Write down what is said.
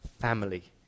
family